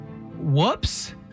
Whoops